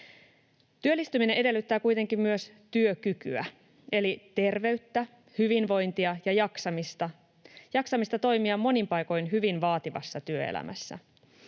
Työllistyminen edellyttää kuitenkin myös työkykyä, eli terveyttä, hyvinvointia ja jaksamista — jaksamista toimia monin paikoin hyvin vaativassa työelämässä.